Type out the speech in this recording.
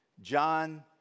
John